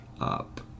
up